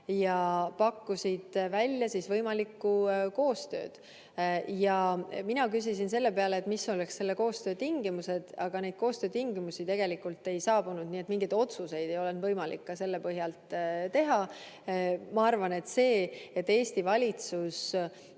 pakkusid välja võimalikku koostööd. Ja mina küsisin selle peale, mis oleks selle koostöö tingimused, aga neid koostöötingimusi tegelikult ei saabunud, nii et mingeid otsuseid ei ole võimalik selle põhjal teha. Ma arvan, et see, et Eesti valitsus